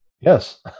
Yes